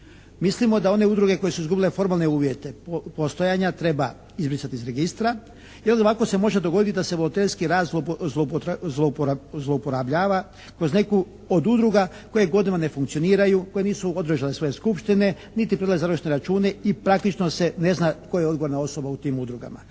Mislimo da one udruge koje su izgubile formalne uvjete postojanja treba izbrisati iz registra jer onda lako se može dogoditi da se volonterski rad zlouporabljava kroz neku od udruga koje godinama ne funkcioniraju, koje nisu održale svoje skupštine niti predale završne račune i praktično se ne zna tko je odgovorna osoba u tim udrugama.